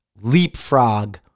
leapfrog